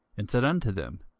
and said unto them,